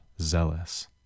zealous